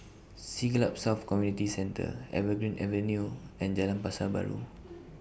Siglap South Community Centre Evergreen Avenue and Jalan Pasar Baru